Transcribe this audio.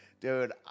dude